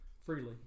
freely